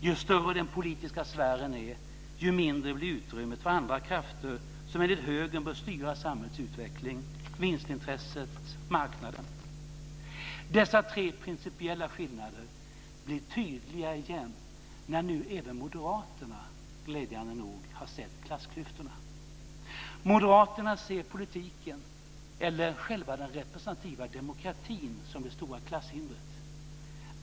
Ju större den politiska sfären är, ju mindre blir utrymmet för andra krafter, som enligt högern bör styra samhällets utveckling - Dessa tre principiella skillnader blir tydliga igen när nu även moderaterna - glädjande nog - har sett klassklyftorna. Moderaterna ser politiken, den representativa demokratin, som det stora klasshindret.